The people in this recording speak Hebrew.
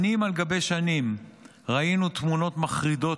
שנים על גבי שנים ראינו תמונות מחרידות